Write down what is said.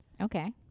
Okay